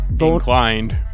inclined